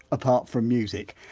apart from music,